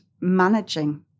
managing